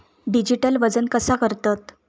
Digital वजन कसा करतत?